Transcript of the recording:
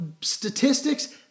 statistics